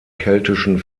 keltischen